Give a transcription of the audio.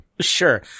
Sure